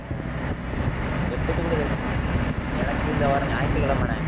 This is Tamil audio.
ஆ எப்போத்துக்குள்ள ரெடி எனக்கு இந்த வார ஞாயிற்று கிழமண்ணே